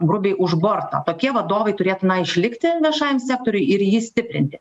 grubiai už borto tokie vadovai turėtų išlikti viešajam sektoriuj ir jį stiprinti